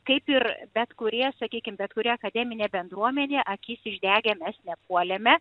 kaip ir bet kurie sakykim bet kuri akademinė bendruomenė akis išdegę mes nepuolėme